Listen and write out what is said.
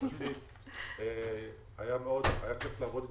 היה כיף לעבוד איתך.